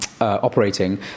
operating